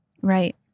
Right